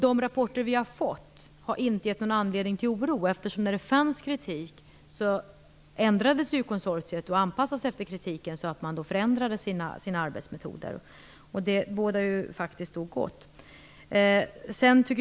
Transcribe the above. De rapporter som vi har fått har inte gett någon anledning till oro. När det framfördes kritik anpassade sig ju konsortiet och förändrade sina arbetsmetoder. Det bådar faktiskt gott.